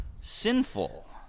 sinful